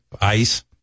ice